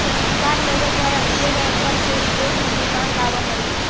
सरकार लोगों द्वारा दिए गए कर से ही देश में निर्माण लावअ हई